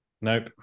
nope